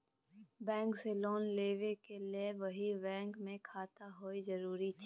Bank से loan लेबै के लेल वही बैंक मे खाता होय जरुरी छै?